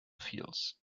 fields